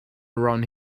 around